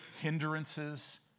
hindrances